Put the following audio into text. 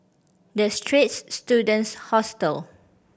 The Straits Students Hostel